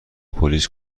پلیس